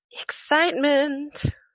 excitement